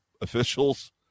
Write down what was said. officials